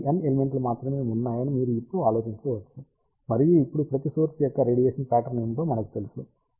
కాబట్టి N ఎలిమెంట్లు మాత్రమే ఉన్నాయని మీరు ఇప్పుడు ఆలోచించవచ్చు మరియు ఇప్పుడు ప్రతి సోర్స్ యొక్క రేడియేషన్ ప్యాట్రన్ ఏమిటో మనకు తెలుసు